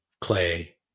Clay